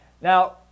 now